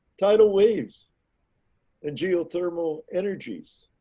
tidal waves and geothermal energies,